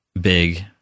big